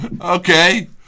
Okay